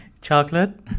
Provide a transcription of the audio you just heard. Chocolate